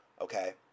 okay